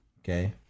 Okay